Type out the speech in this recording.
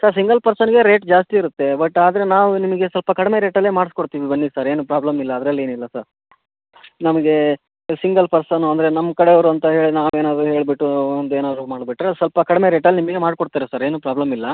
sir single ಪರ್ಸನ್ಗೆ rate ಜಾಸ್ತಿ ಇರುತ್ತೆ ಬಟ್ ಆದರೆ ನಾವು ನಿಮಗೆ ಸ್ವಲ್ಪ ಕಡಿಮೆ ರೇಟಲ್ಲೇ ಮಾಡ್ಸಿಕೊಡ್ತೀವಿ ಬನ್ನಿ ಸರ್ ಏನೂ ಪ್ರಾಬ್ಲಮ್ ಇಲ್ಲ ಅದ್ರಲ್ಲಿ ಏನಿಲ್ಲ ಸರ್ ನಮಗೆ ಸಿಂಗಲ್ ಪರ್ಸನು ಅಂದರೆ ನಮ್ಮ ಕಡೆಯವರು ಅಂತ ಹೇಳಿ ನಾವು ಏನಾದರೂ ಹೇಳಿಬಿಟ್ಟು ಒಂದೇನಾದರೂ ಮಾಡಿಬಿಟ್ರೆ ಸ್ವಲ್ಪ ಕಡಿಮೆ ರೇಟಲ್ಲಿ ನಿಮಗೆ ಮಾಡಿಕೊಡ್ತಾರೆ ಸರ್ ಏನೂ ಪ್ರಾಬ್ಲಮ್ ಇಲ್ಲ